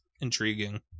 intriguing